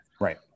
Right